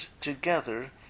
together